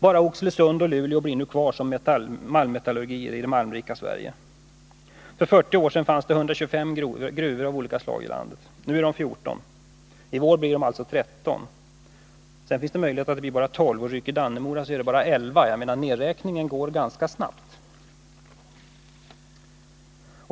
Bara Oxelösund och Luleå blir kvar som malmmetallurgicentra i det malmrika Sverige. För 40 år sedan fanns det 125 gruvor av olika slag i landet. Nu är de 14 till antalet, och i vår blir de alltså 13. Sedan finns det möjligheter att det blir bara 12. Om Dannemora ”ryker” blir det bara 11 kvar. Nedräkningen går alltså ganska snabbt.